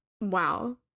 wow